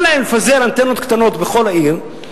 כדאי להן לפזר אנטנות קטנות בכל העיר,